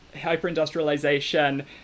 hyper-industrialization